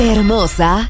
Hermosa